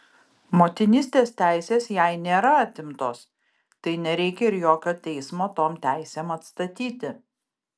motinystės teisės jai nėra atimtos tai nereikia ir jokio teismo tom teisėm atstatyti